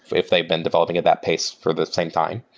if they've been developing at that pace for the same time.